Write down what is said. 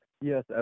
Yes